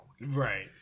Right